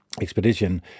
Expedition